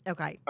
Okay